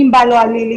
אם בא לו על לילי,